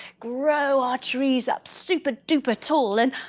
grow our trees up super dooper tall and